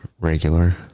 regular